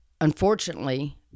unfortunately